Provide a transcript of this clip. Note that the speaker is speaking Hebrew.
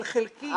אבל חלקית,